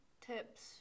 tips